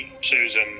Susan